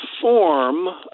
form